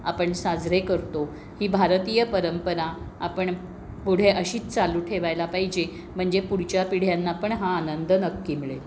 आपण साजरे करतो ही भारतीय परंपरा आपण पुढे अशीच चालू ठेवायला पाहिजे म्हणजे पुढच्या पिढ्यांना पण हा आनंद नक्की मिळेल